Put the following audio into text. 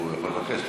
הוא יכול לבקש.